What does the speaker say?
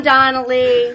Donnelly